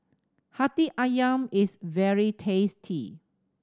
Hati Ayam is very tasty